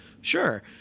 sure